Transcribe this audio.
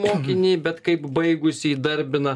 mokinį bet kaip baigusį įdarbina